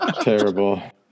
Terrible